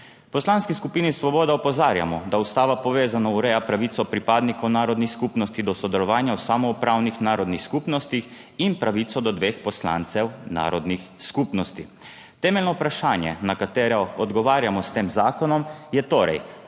Poslanski skupini Svoboda opozarjamo, da ustava povezano ureja pravico pripadnikov narodnih skupnosti do sodelovanja v samoupravnih narodnih skupnostih in pravico do dveh poslancev narodnih skupnosti. Temeljno vprašanje, na katero odgovarjamo s tem zakonom, je torej,